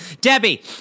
Debbie